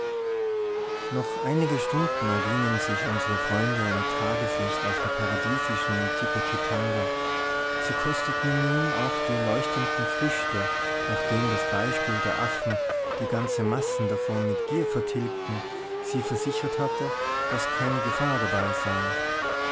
noch einige stunden ergingen sich unsre freunde im tageslicht auf der paradisischen tipekitanga sie kosteten nun auch die leuchtenden früchte nachdem das beispiel der affen die ganze massen davon mit gier vertilgten sie versichert hatte daß keine gefahr dabei sei